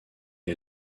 est